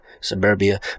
suburbia